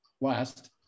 last